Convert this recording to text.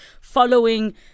following